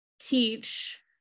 teach –